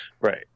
Right